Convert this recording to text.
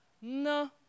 no